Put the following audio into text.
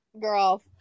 Girl